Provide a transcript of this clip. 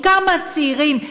בעיקר מהצעירים,